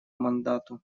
мандату